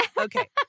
Okay